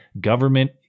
Government